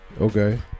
Okay